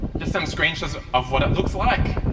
just some screenshots of what it looks like.